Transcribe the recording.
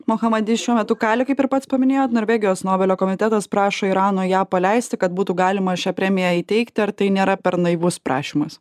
mohamadi šiuo metu kali kaip ir pats paminėjot norvegijos nobelio komitetas prašo irano ją paleisti kad būtų galima šią premiją įteikti ar tai nėra per naivus prašymas